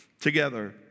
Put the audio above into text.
together